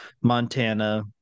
montana